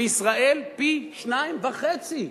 בישראל, פי-2.5.